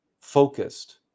focused